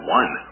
one